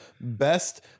best